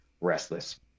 Restless